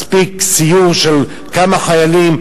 מספיק סיור של כמה חיילים,